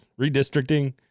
redistricting